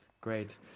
great